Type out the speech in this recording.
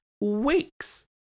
weeks